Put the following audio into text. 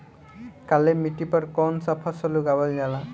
काली मिट्टी पर कौन सा फ़सल उगावल जाला?